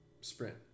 sprint